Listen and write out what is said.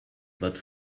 bot